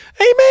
Amen